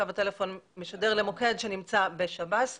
קו הטלפון משדר למוקד שנמצא בשירות בתי